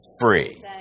free